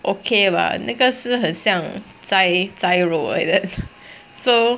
okay bah 那个是很像栽栽肉 like that so